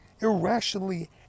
irrationally